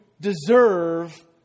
deserve